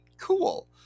cool